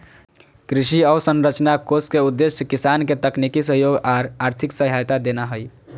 कृषि अवसंरचना कोष के उद्देश्य किसान के तकनीकी सहयोग आर आर्थिक सहायता देना हई